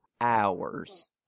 hours